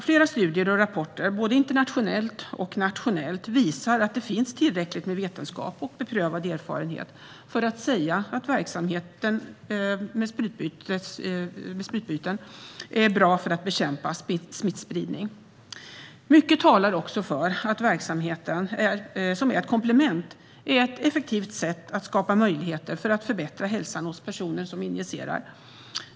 Flera studier och rapporter, både internationella och nationella, visar att det finns tillräckligt med vetenskap och beprövad erfarenhet för att säga att verksamheten med sprututbyten är bra när det gäller att bekämpa smittspridning. Mycket talar också för att verksamheten, som är ett komplement, är ett effektivt sätt att skapa möjligheter att förbättra hälsan hos personer som injicerar.